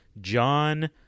John